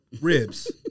Ribs